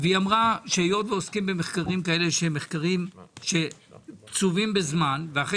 והיא אמרה שהיות שעוסקים במחקרים כאלה שהם מחקרים שקצובים בזמן אז אחרי